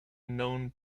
known